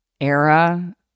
era